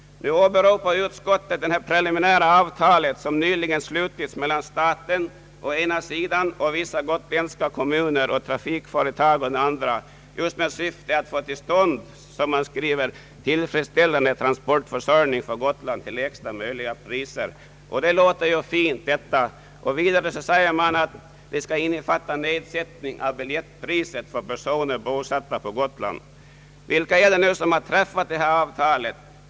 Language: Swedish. Nu åberopar utskottet det preliminära avtal som nyligen har slutits mellan staten å ena sidan och vissa gotländska kommuner och trafikföretag å den andra sidan just med syfte att få till stånd, som man skriver, »en tillfredsställande transportförsörjning för Gotland till lägsta möjliga priser». Detta låter ju väldigt fint! Vidare läser man i avtalet att det »skall därvid bl.a. innefatta särskild nedsättning av biljettpriset för personer bosatta på Gotland». Vilka är det då som har träffat detta avtal?